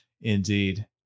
Indeed